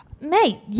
Mate